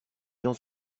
gens